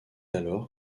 alors